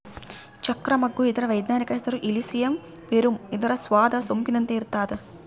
ಚಕ್ರ ಮಗ್ಗು ಇದರ ವೈಜ್ಞಾನಿಕ ಹೆಸರು ಇಲಿಸಿಯಂ ವೆರುಮ್ ಇದರ ಸ್ವಾದ ಸೊಂಪಿನಂತೆ ಇರ್ತಾದ